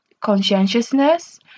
conscientiousness